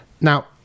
Now